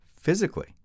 physically